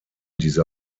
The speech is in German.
dieser